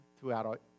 throughout